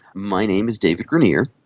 my name is david granirer,